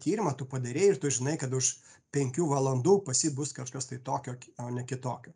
tyrimą tu padarei ir tu žinai kad už penkių valandų pas jį bus kažkas tai tokio o ne kitokio